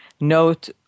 note